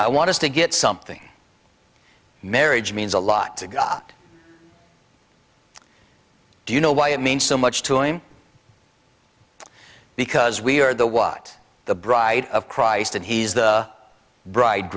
i want to get something marriage means a lot to god do you know why it means so much to him because we are the what the bride of christ and he's